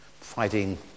Fighting